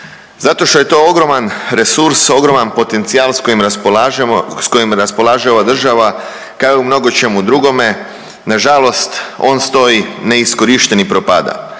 Zato što je to ogroman resurs, ogroman potencijal s kojim raspolažemo, s kojim raspolaže ova država, kao i mnogočemu drugome, nažalost on stoji neiskorišten i propada.